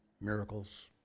miracles